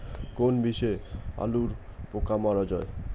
কোন বিষে আলুর পোকা মারা যায়?